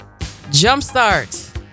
Jumpstart